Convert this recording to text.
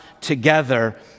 together